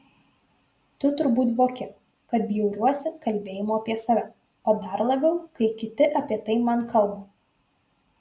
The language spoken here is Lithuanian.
tu turbūt voki kad bjauriuosi kalbėjimu apie save o dar labiau kai kiti apie tai man kalba